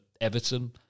Everton